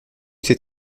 ses